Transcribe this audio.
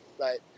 Right